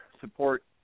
support